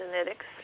genetics